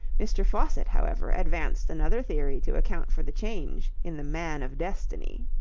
mr. faucitt, however, advanced another theory to account for the change in the man of destiny.